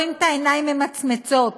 רואים את העיניים ממצמצות,